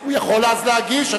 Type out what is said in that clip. הוא יכול אז להגיש.